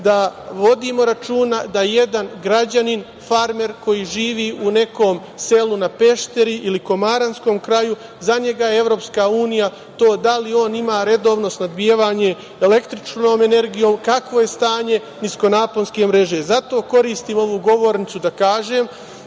da vodimo računa da jedan građanin, farmer koji živi u nekom selu na Pešteri ili Komaranskom kraju, za njega je EU to da li on ima redovno snabdevanje električnom energijom, kakvo je stanje niskonaponske mreže. Zato koristim ovu govornicu da kažem